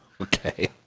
Okay